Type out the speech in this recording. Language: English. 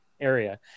area